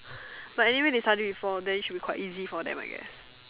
but anyway they study before then it should be quite easy for them I guess